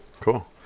Cool